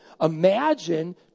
Imagine